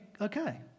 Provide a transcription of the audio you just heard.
okay